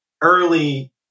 early